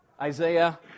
Isaiah